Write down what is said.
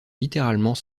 littéralement